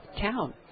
town